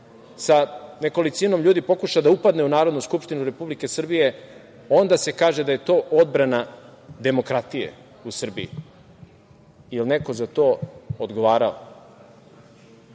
sa nekolicinom ljudi pokuša da upadne u Narodnu skupštinu Republike Srbije, onda se kaže da je to odbrana demokratije u Srbiji. Je li neko za to odgovarao? Ne